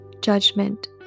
judgment